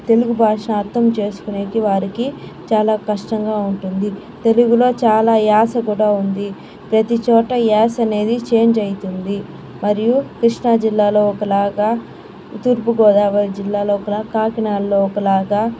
తెలుగు భాష అర్థం చేసుకోడానికి వారికి చాలా కష్టంగా ఉంటుంది తెలుగులో చాలా యాస కూడా ఉంది ప్రతి చోట యాస అనేది చేంజ్ అవుతుంది మరియు కృష్ణ జిల్లాలో ఒకలాగా తూర్పు గోదావరి జిల్లాలో ఒకలాగా కాకినాడలో ఒకలాగా